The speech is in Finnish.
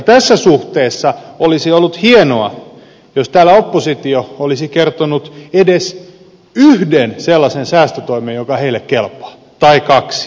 tässä suhteessa olisi ollut hienoa jos täällä oppositio olisi kertonut edes yhden sellaisen säästötoimen joka heille kelpaa tai kaksi